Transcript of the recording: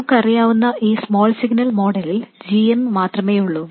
നമുക്കറിയാവുന്ന ഈ small signal മോഡലിൽ g m മാത്രമേ ഉള്ളൂ